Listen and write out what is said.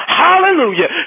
hallelujah